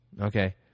okay